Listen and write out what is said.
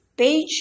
Page